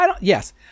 Yes